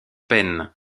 penn